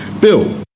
bill